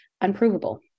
unprovable